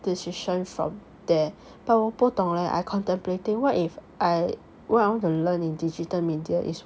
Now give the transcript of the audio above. decision from there but 我不懂 leh I contemplating what if I what I want to learn in digital media is